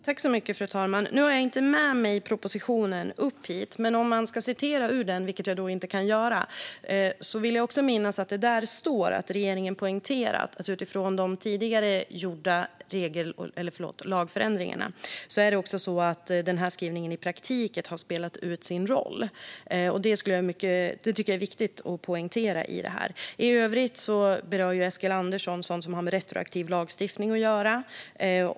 Fru talman! Nu har jag inte med mig propositionen, så jag kan inte citera ur den. Men jag vill minnas att det står att regeringen utifrån de tidigare gjorda lagförändringarna poängterar att den här skrivningen i praktiken har spelat ut sin roll. Det tycker jag är viktigt att poängtera. I övrigt berör Eskilandersson sådant som har med retroaktiv lagstiftning att göra.